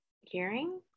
hearing